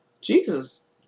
Jesus